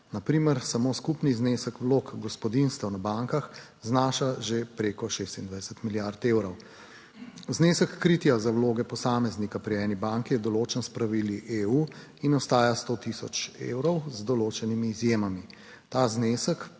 na primer samo skupni znesek vlog gospodinjstev na bankah znaša že preko 26 milijard evrov. Znesek kritja za vloge posameznika pri eni banki je določen s pravili EU in ostaja 100 tisoč evrov z določenimi izjemami. Ta znesek